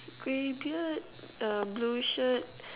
grey beard uh blue shirt